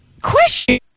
question